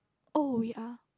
oh ya